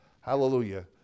Hallelujah